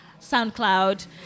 SoundCloud